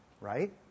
Right